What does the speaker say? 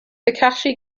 takashi